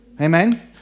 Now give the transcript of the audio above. amen